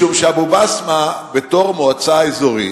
משום שאבו-בסמה, בתור מועצה אזורית,